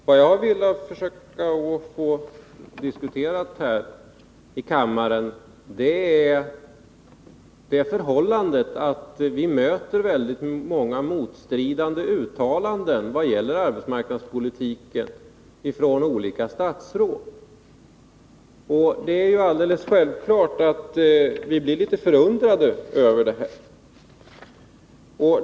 Vad jag vill försöka få diskuterat här i kammaren är det förhållandet att vi möter väldigt många motstridande uttalanden från olika statsråd vad gäller arbetsmarknadspolitiken, och det är självklart att vi blir litet förundrade över detta.